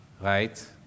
Right